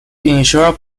ensure